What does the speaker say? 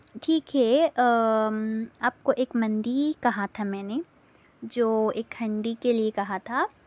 ٹھیک ہے آپ کو ایک مندی کہا تھا میں نے جو ایک ہنڈی کے لئے کہا تھا